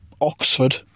Oxford